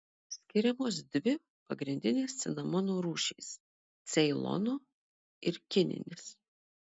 skiriamos dvi pagrindinės cinamono rūšys ceilono ir kininis